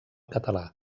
català